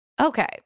Okay